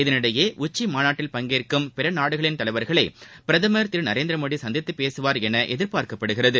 இதனிடையே உச்சி மாநாட்டில் பங்கேற்கும் பிற நாடுகளின் தலைவர்களை பிரதமர் திரு நரேந்திரமோடி சந்தித்துப் பேசுவார் என எதிர்பார்க்கப்படுகிறது